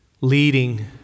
leading